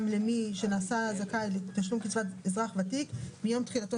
גם למי ש" נעשה זכאי לתשלום קצבת אזרח ותיק" מיום "תחילתו